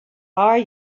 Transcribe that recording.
are